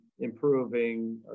improving